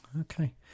Okay